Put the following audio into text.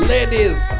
Ladies